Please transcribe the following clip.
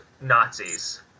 Nazis